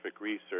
research